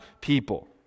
people